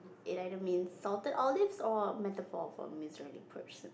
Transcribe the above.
it either means salted olives or metaphor for misery person